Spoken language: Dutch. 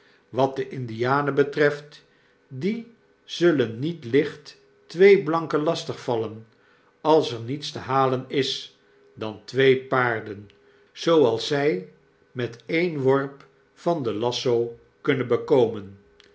wat de indianen betreft die zullen niet licht twee blanken lastig vallen als er niets te halen is dan twee paarden zooals zij met een worp van den lasso kunnen bekomen